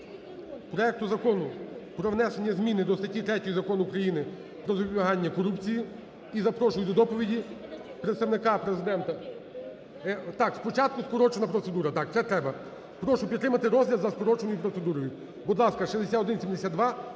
проект Закону про внесення зміни до статті 3 Закону України "Про запобігання корупції". І запрошую до доповіді Представника Президента… (Шум у залі) Так, спочатку скорочена процедура. Так, це треба. Прошу підтримати розгляд за скороченою процедурою. Будь ласка, 6172